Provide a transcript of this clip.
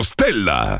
Stella